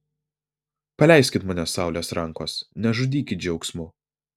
paleiskit mane saulės rankos nežudykit džiaugsmu